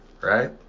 right